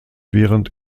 während